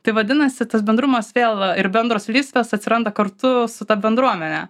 tai vadinasi tas bendrumas vėl ir bendros lysvės atsiranda kartu su ta bendruomene